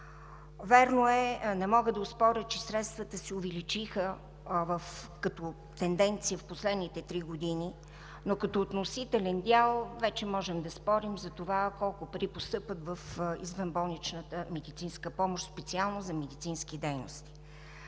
Вярно е, не мога да оспоря, че средствата се увеличиха като тенденция в последните три години, но като относителен дял вече можем да спорим за това колко пари постъпват в извънболничната медицинска помощ – специално за медицински дейности.